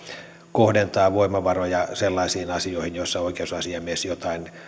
kohdentaa voimavaroja sellaisiin asioihin joissa oikeusasiamies jotain